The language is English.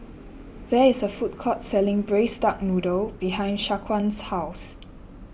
there is a food courts selling Braised Duck Noodle behind Shaquan's house